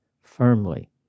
firmly